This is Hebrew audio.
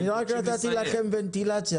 אני רק נתתי לכם ונטילציה,